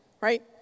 Right